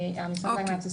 המשרד להגנת הסביבה,